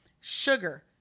Sugar